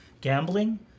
gambling